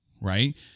right